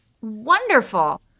wonderful